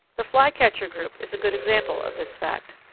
the flycatcher group is a good example of this fact.